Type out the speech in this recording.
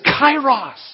kairos